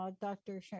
Dr